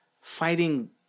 Fighting